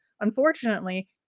Unfortunately